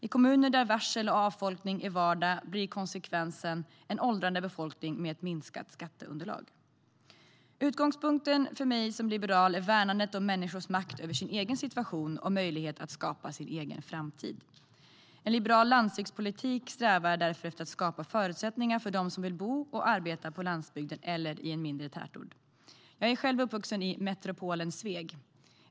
I kommuner där varsel och avfolkning är vardag blir konsekvensen en åldrande befolkning och ett minskat skatteunderlag. Utgångspunkten för mig som liberal är värnandet om människors makt över sin egen situation och möjlighet att skapa sin egen framtid. En liberal landsbygdspolitik strävar därför efter att skapa förutsättningar för dem som vill bo och arbeta på landsbygden eller i en mindre tätort. Jag är själv uppvuxen i metropolen Sveg.